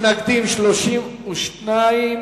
נגד, 32,